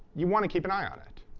you want to keep an eye on it.